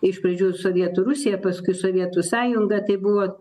iš pradžių sovietų rusija paskui sovietų sąjunga tai buvo